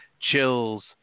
chills